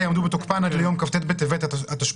יעמדו בתוקפן עד ליום כ"ט בטבת התשפ"ב,